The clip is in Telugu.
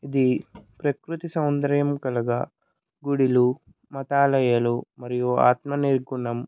ఇది ప్రకృతి సౌందర్యం కలగా గుడులు మతాలయాలు మరియు ఆత్మ నేర్కొన్నాం